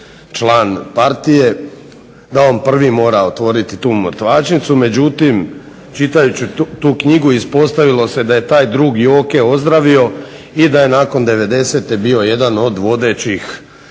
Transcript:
član partije da on prvi mora otvoriti tu mrtvačnicu. Međutim, čitajući tu knjigu ispostavilo se da je taj drug Joke ozdravio i da je nakon '90-e bio jedan od vodećih